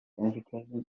educated